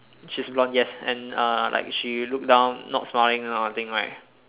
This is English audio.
she's blonde yes and uh like she look down not smiling that kind of thing right